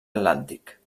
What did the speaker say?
atlàntic